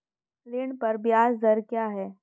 ऋण पर ब्याज दर क्या है?